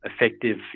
effective